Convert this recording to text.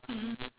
mmhmm